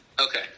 Okay